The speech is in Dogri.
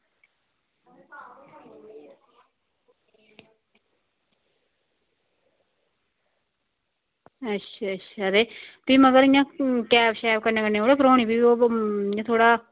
अच्छा अच्छा ते फ्ही मगर इ'यां कैप शैप कन्नै कन्नै थोह्ड़े भरोनी ओह् इ'यां थोह्ड़ा